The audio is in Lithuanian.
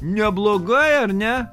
neblogai ar ne